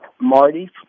Marty